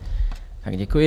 Děkuji.